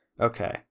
Okay